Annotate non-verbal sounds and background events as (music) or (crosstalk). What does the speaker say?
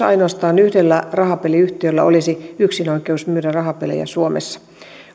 (unintelligible) ainoastaan yhdellä rahapeliyhtiöllä olisi yksinoikeus myydä rahapelejä suomessa